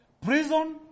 Prison